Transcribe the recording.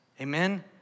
amen